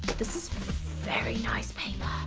this is very nice paper.